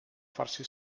farsi